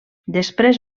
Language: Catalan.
després